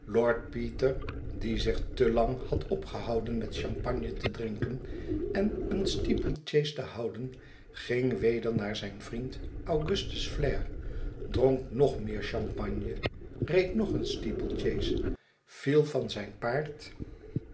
die zich te lang had opgehouden met champagne te drinken en een steeple chase te houden ging weder naar zijn vriend augustus flair dronk nog meer champagne reed nog een steeple chase viel van zijn paard